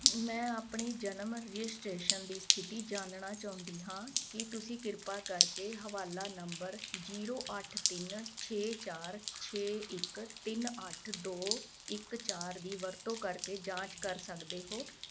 ਮੈਂ ਆਪਣੀ ਜਨਮ ਰਜਿਸਟ੍ਰੇਸ਼ਨ ਦੀ ਸਥਿਤੀ ਜਾਨਣਾ ਚਾਹੁੰਦੀ ਹਾਂ ਕੀ ਤੁਸੀਂ ਕਿਰਪਾ ਕਰਕੇ ਹਵਾਲਾ ਨੰਬਰ ਜੀਰੋ ਅੱਠ ਤਿੰਨ ਛੇ ਚਾਰ ਛੇ ਇੱਕ ਤਿੰਨ ਅੱਠ ਦੋ ਇੱਕ ਚਾਰ ਦੀ ਵਰਤੋਂ ਕਰਕੇ ਜਾਂਚ ਕਰ ਸਕਦੇ ਹੋ